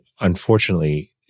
unfortunately